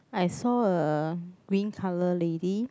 I saw a green colour lady